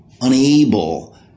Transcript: unable